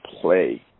play